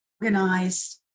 organized